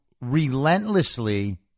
relentlessly